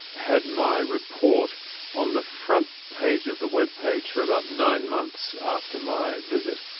had my report on the front page of the webpage for about nine months after my visit.